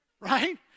Right